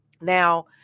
now